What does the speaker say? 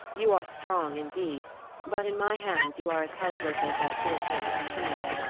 you are strong indeed but in my hands you are as helpless as that poor thing of the trees.